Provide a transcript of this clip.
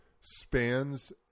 spans